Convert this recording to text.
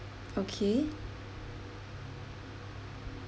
okay